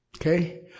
Okay